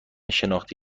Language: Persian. شناختی